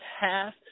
half